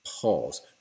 pause